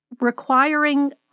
requiring